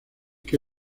que